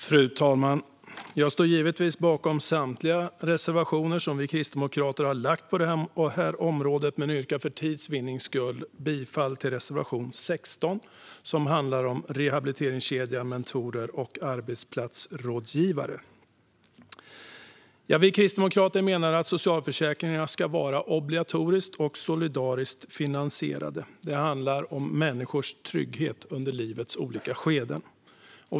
Fru talman! Jag står givetvis bakom samtliga reservationer som vi kristdemokrater har på detta område, men jag yrkar för tids vinnande bifall endast till reservation 16, som handlar om rehabiliteringskedjan, mentorer och arbetsplatsrådgivare. Vi kristdemokrater menar att socialförsäkringarna ska vara obligatoriska och solidariskt finansierade. Det handlar om människors trygghet under livets olika skeden.